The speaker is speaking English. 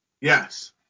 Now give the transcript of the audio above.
Yes